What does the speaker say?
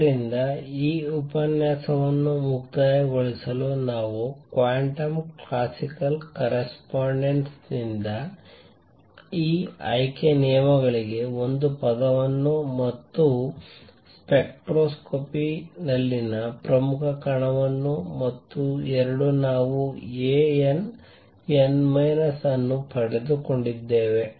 ಆದ್ದರಿಂದ ಈ ಉಪನ್ಯಾಸವನ್ನು ಮುಕ್ತಾಯಗೊಳಿಸಲು ನಾವು ಕ್ವಾಂಟಮ್ ಕ್ಲಾಸಿಕ್ಕಲ್ ಕರೆಸ್ಪಾಂಡೆನ್ಸ್ ನಿಂದ ಈ ಆಯ್ಕೆ ನಿಯಮಗಳಿಗೆ ಒಂದು ಪದವನ್ನು ಮತ್ತು ಸ್ಪೆಕ್ಟ್ರೋಸ್ಕೋಪಿ ನಲ್ಲಿನ ಪ್ರಮುಖ ಕಣವನ್ನು ಮತ್ತು ಎರಡು ನಾವು A n n ಮೈನಸ್ ಅನ್ನು ಪಡೆದುಕೊಂಡಿದ್ದೇವೆ